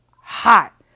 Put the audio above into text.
hot